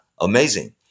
amazing